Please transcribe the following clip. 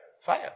fire